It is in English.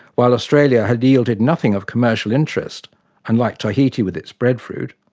while australia had yielded nothing of commercial interest unlike tahiti with its breadfruit,